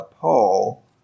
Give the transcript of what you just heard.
Paul